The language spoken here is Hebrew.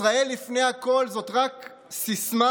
ישראל לפני הכול זאת רק סיסמה?